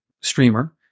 streamer